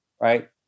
right